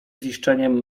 ziszczeniem